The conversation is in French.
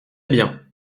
bien